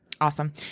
Awesome